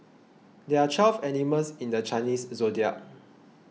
there are twelve animals in the Chinese zodiac